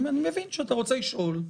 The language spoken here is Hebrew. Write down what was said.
אני מבין שאתה רוצה לשאול.